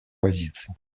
позиций